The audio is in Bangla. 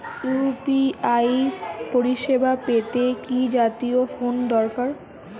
ইউ.পি.আই পরিসেবা পেতে কি জাতীয় ফোন দরকার?